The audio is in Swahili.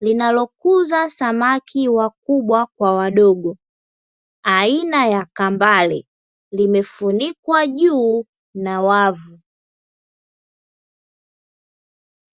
linalokuza samaki wakubwa kwa wadogo aina ya kambale, limefunikwa juu na wavu.